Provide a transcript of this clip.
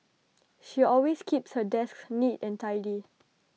she always keeps her desk neat and tidy